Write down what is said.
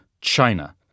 China